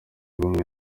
bumwe